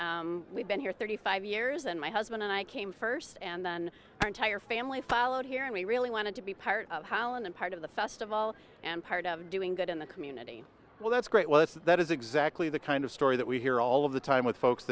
and we've been here thirty five years and my husband and i came first and then our entire family followed here and we really wanted to be part of holland and part of the festival and part of doing good in the community well that's great was that is exactly the kind of story that we hear all of the time with folks